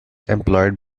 employed